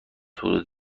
حدود